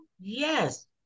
Yes